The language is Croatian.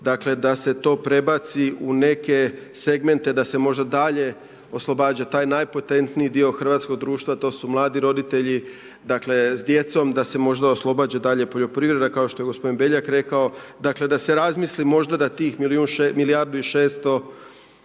dakle da se to prebaci u neke segmente da se možda dalje oslobađa taj najpotentniji dio hrvatskog društva, to su mladi roditelji s djecom, da se možda oslobađa dalje poljoprivreda kao što je gospodin Beljak rekao, dakle da se razmisli možda da tih milijardu i 600